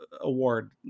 award